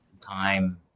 Time